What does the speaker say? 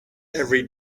every